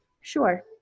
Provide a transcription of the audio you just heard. sure